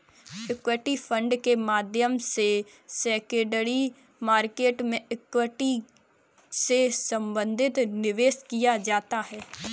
equity fund के माध्यम से सेकेंडरी मार्केट में इक्विटी से संबंधित निवेश किया जाता है